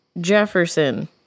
Jefferson